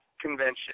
convention